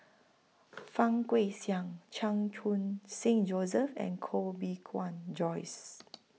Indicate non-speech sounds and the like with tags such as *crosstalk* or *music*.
*noise* Fang Guixiang Chan Khun Sing Joseph and Koh Bee Tuan Joyce